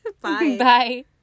bye